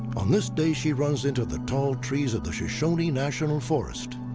on this day, she runs into the tall trees of the shoshone national forest